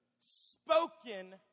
spoken